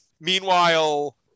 Meanwhile